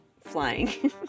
flying